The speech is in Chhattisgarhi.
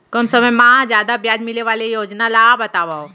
कम समय मा जादा ब्याज मिले वाले योजना ला बतावव